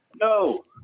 No